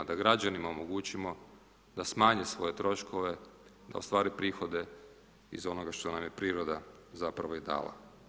Da građanima omogućimo da smanje svoje troškove, da ostvari prihode iz onoga što nam je priroda zapravo i dala.